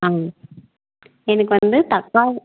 ஆ எனக்கு வந்து தக்கா